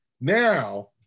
now